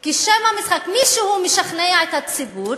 כי שֵם המשחק, מישהו משכנע את הציבור